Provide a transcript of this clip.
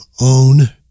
own